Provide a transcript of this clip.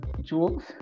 Jules